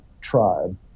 Tribe